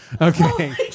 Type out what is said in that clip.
Okay